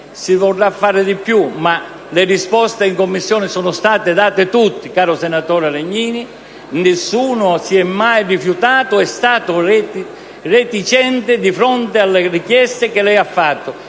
si potrà fare di più, ma in Commissione le risposte sono state date tutte, caro senatore Legnini, e nessuno si è mai rifiutato o è stato reticente di fronte alle richieste che lei ha fatto.